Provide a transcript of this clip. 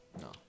No